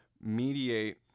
mediate